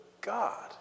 God